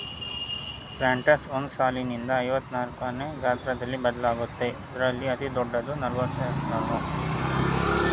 planters ಒಂದ್ ಸಾಲ್ನಿಂದ ಐವತ್ನಾಕ್ವರ್ಗೆ ಗಾತ್ರ ಬದಲಾಗತ್ವೆ ಇದ್ರಲ್ಲಿ ಅತಿದೊಡ್ಡದು ನಲವತ್ತೆಂಟ್ಸಾಲು